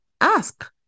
ask